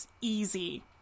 Easy